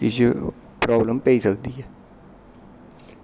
किश प्राब्लम पेई सकदी ऐ